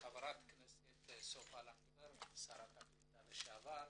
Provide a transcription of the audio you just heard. וחברת הכנסת סופה לנדבר שרת הקליטה לשעבר.